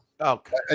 Okay